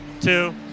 Two